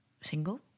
single